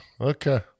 okay